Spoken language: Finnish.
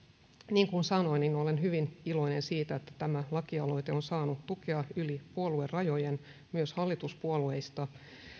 niin kuin sanoin olen hyvin iloinen siitä että tämä laki aloite on saanut tukea yli puoluerajojen myös hallituspuolueista